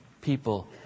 people